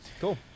Cool